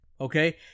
Okay